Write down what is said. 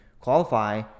qualify